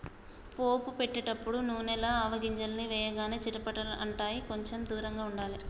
పోపు పెట్టేటపుడు నూనెల ఆవగింజల్ని వేయగానే చిటపట అంటాయ్, కొంచెం దూరంగా ఉండాలే